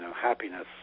happiness